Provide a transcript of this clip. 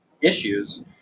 issues